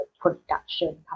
production